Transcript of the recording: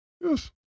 Yes